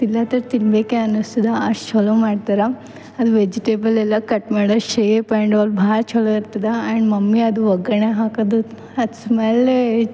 ತಿನ್ಲತ್ತರೆ ತಿನ್ಬೇಕು ಅನಿಸ್ತದ ಅಷ್ಟು ಚಲೋ ಮಾಡ್ತಾರೆ ಅದು ವೆಜಿಟೇಬಲೆಲ್ಲ ಕಟ್ ಮಾಡೊ ಶೇಪ್ ಆ್ಯಂಡ್ ಅವ್ರು ಭಾಳ ಚಲೋ ಇರ್ತದೆ ಆ್ಯಂಡ್ ಮಮ್ಮಿ ಅದು ಒಗ್ಗರಣೆ ಹಾಕೋದು ಅದು ಸ್ಮೆಲ್ಲೆ